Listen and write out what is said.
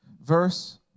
verse